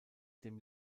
dem